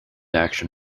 action